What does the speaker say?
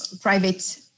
Private